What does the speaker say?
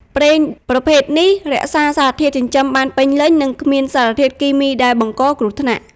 ប្រេងប្រភេទនេះរក្សាសារធាតុចិញ្ចឹមបានពេញលេញ និងគ្មានសារធាតុគីមីដែលបង្កគ្រោះថ្នាក់។